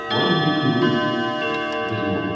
बयनिख्रुइबो गोजौवाव